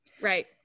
Right